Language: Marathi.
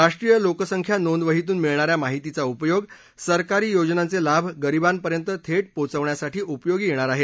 राष्ट्रीय लोकसंख्या नोंदवहीतून मिळणाऱ्या माहितीचा उपयोग सरकारी योजनांचे लाभ गरीबांपर्यंत थेट पोचवण्यासाठी उपयोगी येणार आहेत